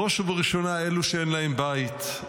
בראש ובראשונה אלו שאין להם בית,